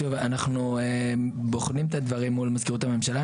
שוב, אנחנו בוחנים את הדברים מול מזכירות הממשלה.